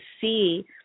see